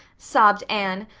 sobbed anne.